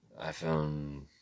iPhone